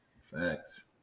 facts